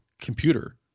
computer